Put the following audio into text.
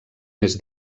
més